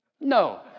No